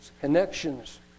Connections